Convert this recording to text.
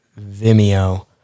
Vimeo